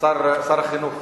שר החינוך,